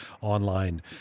online